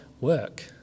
work